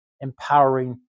Empowering